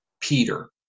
Peter